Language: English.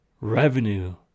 Revenue